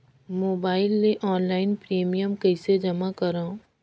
Mobile ले online premium कइसे जमा करों?